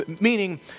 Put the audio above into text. Meaning